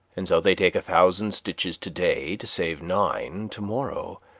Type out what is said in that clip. and so they take a thousand stitches today to save nine tomorrow.